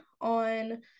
on